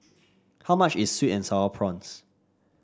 how much is sweet and sour prawns